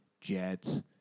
Jets